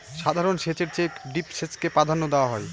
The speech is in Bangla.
সাধারণ সেচের চেয়ে ড্রিপ সেচকে প্রাধান্য দেওয়া হয়